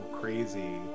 crazy